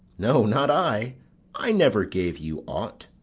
no, not i i never gave you aught.